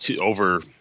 over